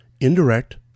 indirect